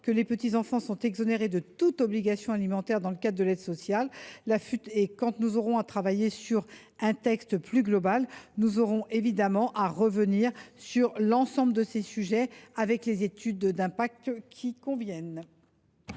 que les petits enfants sont exonérés de toute obligation alimentaire dans le cadre de l’aide sociale à l’hébergement. Quand nous aurons à travailler sur un texte plus global, nous reviendrons évidemment sur l’ensemble de ces sujets, avec les études d’impact qui conviennent.